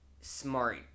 smart